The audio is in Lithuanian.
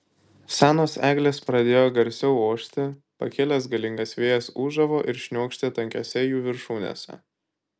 senos eglės pradėjo garsiau ošti pakilęs galingas vėjas ūžavo ir šniokštė tankiose jų viršūnėse